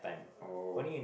oh